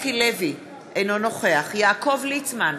אינו נוכח יעקב ליצמן,